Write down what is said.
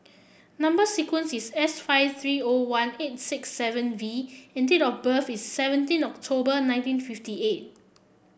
number sequence is S five three O one eight six seven V and date of birth is seventeen October nineteen fifty eight